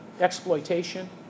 exploitation